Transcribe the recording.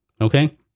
Okay